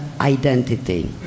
identity